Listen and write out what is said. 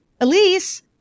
Elise